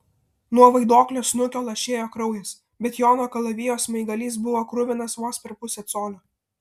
nuo vaiduoklio snukio lašėjo kraujas bet jono kalavijo smaigalys buvo kruvinas vos per pusę colio